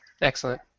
Excellent